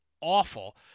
awful